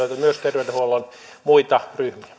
myös terveydenhuollon muita